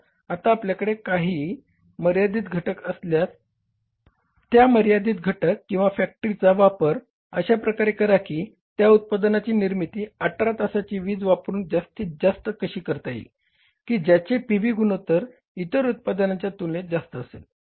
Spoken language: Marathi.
तर आता आपल्याकडे काही मर्यादित घटक असल्यास त्या मर्यादित घटक किंवा की फॅक्टरचा वापर अशा प्रकारे करा की त्या उत्पादनाचे निर्मिती 18 तासाची वीज वापरून जास्तीत जास्त कशी करता येईल की ज्याचे पीव्ही गुणोत्तर इतर उत्पादनांच्या तुलनेत जास्त असेल